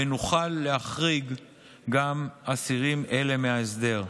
ונוכל להחריג גם אסירים אלה מההסדר.